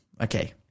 okay